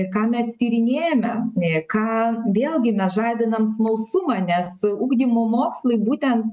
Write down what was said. ką mes tyrinėjame ką vėlgi mes žadinam smalsumą nes ugdymo mokslai būtent